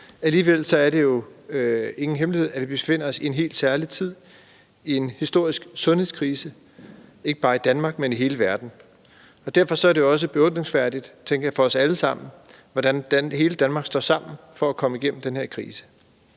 alligevel er det ingen hemmelighed, at vi befinder os i en helt særlig tid med en historisk sundhedskrise – ikke bare i Danmark, men i hele verden. Derfor er det også beundringsværdigt, tænker jeg, for os alle sammen, at hele Danmark står sammen for at komme igennem den her krise.